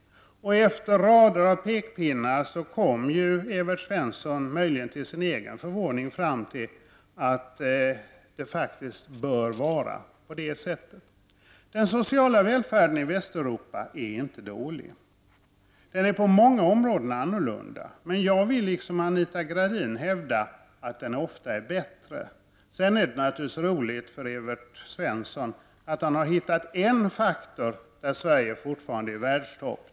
Efter rader av pekpinnar kom Evert Svensson, möjligen till sin egen förvåning, fram till att det faktiskt bör vara på det sättet. Den sociala välfärden i Västeuropa är inte dålig. Den är på många områden annorlunda. Men jag vill liksom Anita Gradin hävda att den ofta är bättre. Men det är naturligtvis roligt för Evert Svensson att han har hittat en faktor där Sverige fortfarande är i världstopp.